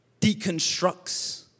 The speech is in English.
deconstructs